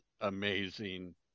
amazing